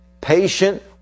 Patient